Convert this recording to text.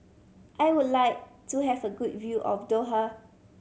I would like to have a good view of Doha